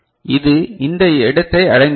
இது இந்த இடத்தை அடைந்துள்ளது